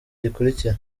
gikurikira